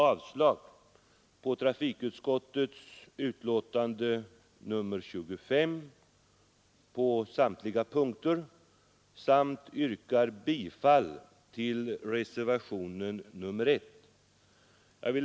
avslag på samtliga punkter i trafikutskottets hemställan i utskottets betänkande nr 25 samt yrkar bifall till reservationen 1.